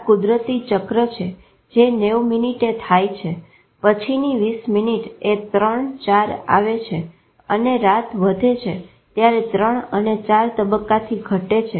આ કુદરતી ચક્ર છે જે 90 મિનીટએ થાય છે પછીની 20 મિનીટએ 3 4 આવે છે અને રાત વધે છે ત્યારે 3 અને 4 તબ્બકાથી ઘટે છે